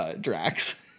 Drax